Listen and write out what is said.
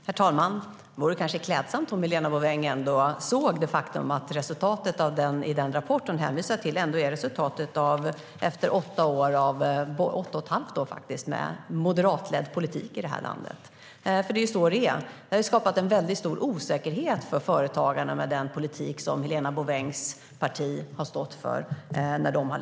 Herr talman! Det vore kanske klädsamt om Helena Bouveng såg det faktum att resultatet i den rapport hon hänvisar till är resultatet av åtta och ett halvt års moderatledd politik i det här landet. Det är så det är. Den politik som Helena Bouvengs parti stod för när de ledde Sverige har skapat en stor osäkerhet för företagarna.